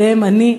אליהן אני,